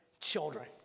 children